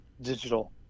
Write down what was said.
digital